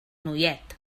noiet